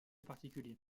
particuliers